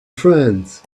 friends